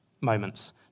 moments